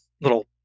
little